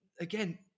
again